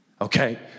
okay